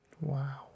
Wow